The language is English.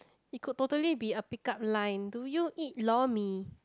it could totally be a pick up line do you eat lor-mee